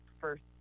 first